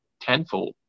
tenfold